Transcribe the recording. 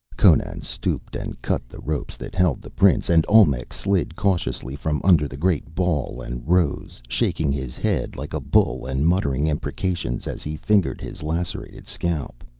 conan stooped and cut the ropes that held the prince, and olmec slid cautiously from under the great ball and rose, shaking his head like a bull and muttering imprecations as he fingered his lacerated scalp.